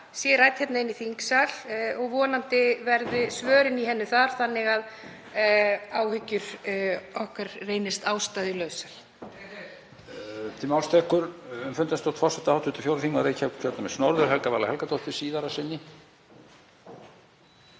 sé rædd hér í þingsal og vonandi verði svörin í henni þannig að áhyggjur okkar reynist ástæðulausar.